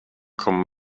kommen